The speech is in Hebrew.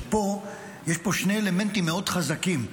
ופה יש שני אלמנטים מאוד חזקים: